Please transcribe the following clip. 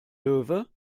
löwe